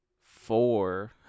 four